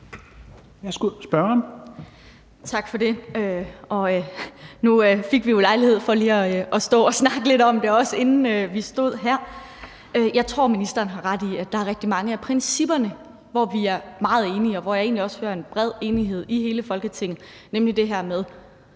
Robsøe (RV): Tak for det. Nu fik vi jo også lejlighed til lige at stå og snakke lidt om det, inden vi kom her, og jeg tror, at ministeren har ret i, at der er rigtig mange af principperne, som vi er meget enige om, og hvor jeg egentlig også hører en bred enighed i hele Folketinget, nemlig det her med,